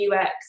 UX